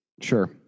Sure